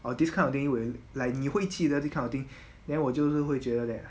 !wah! this kind of thing will like 你会记得 this kind of thing then 我就是会觉得 that